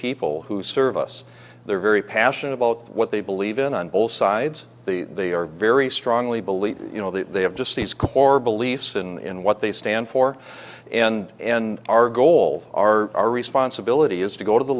people who serve us they are very passionate both what they believe in on both sides the they are very strongly believe you know that they have just these core beliefs and what they stand for and and our goal our responsibility is to go to the